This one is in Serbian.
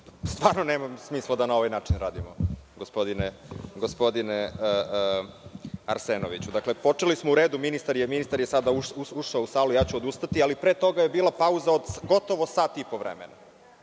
Stvarno nema smisla da na ovaj način radimo, gospodine Arsenoviću. Dakle, počeli smo, u redu, ministar je sada ušao u salu, ja ću odustati, ali pre toga je bila pauza od gotovo sat i po vremena.